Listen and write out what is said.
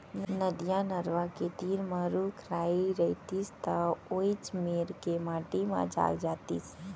नदिया, नरूवा के तीर म रूख राई रइतिस त वोइच मेर के माटी म जाग जातिस